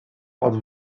padł